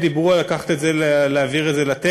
דיברו על לקחת את זה ולהעביר את זה לטכני,